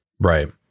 Right